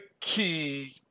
key